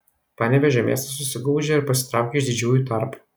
panevėžio miestas susigaužė ir pasitraukė iš didžiųjų tarpo